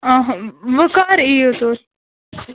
وۅنۍ کر یِیو تُہۍ